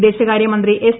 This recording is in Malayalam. വിദേശകാര്യ മന്ത്രി എസ്